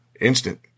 instant